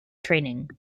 training